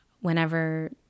whenever